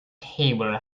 table